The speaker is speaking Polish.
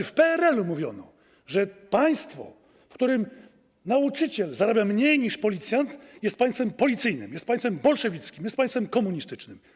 W PRL-u mówiono, że państwo, w którym nauczyciel zarabia mniej niż policjant, jest państwem policyjnym, jest państwem bolszewickim, jest państwem komunistycznym.